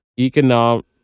economic